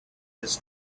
his